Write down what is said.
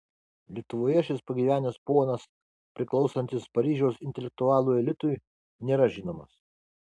lietuvoje šis pagyvenęs ponas priklausantis paryžiaus intelektualų elitui nėra žinomas